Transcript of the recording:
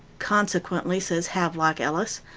consequently, says havelock ellis,